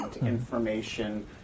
information